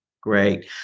Great